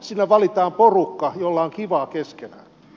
sinne valitaan porukka jolla on kivaa keskenään